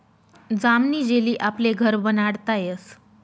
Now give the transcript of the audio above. जामनी जेली आपले घर बनाडता यस